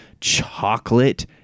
chocolate